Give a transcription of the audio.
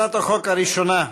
הצעת החוק הראשונה,